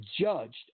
judged